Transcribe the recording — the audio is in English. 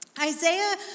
Isaiah